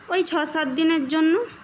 ওই ছয় সাত দিনের জন্য